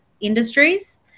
industries